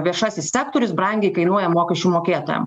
viešasis sektorius brangiai kainuoja mokesčių mokėtojam